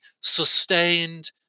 sustained